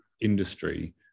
industry